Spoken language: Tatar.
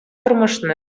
тормышны